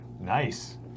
Nice